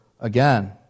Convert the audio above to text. again